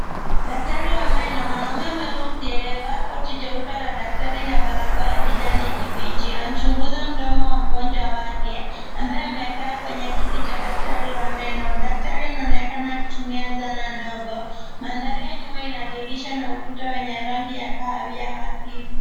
Daktari wa meno, mwanaume mweusi aliyevaa koti jeupe la daktari na barakoa ya kijani kibichi anamchunguza mdomo wa mgonjwa wake, ambaye amekaa kwenye kiti cha daktari wa meno. Daktari anaonekana akitumia zana ndogo. Mandhari ya nyuma inadhihirisha na ukuta wenye rangi ya kahawia hafifu.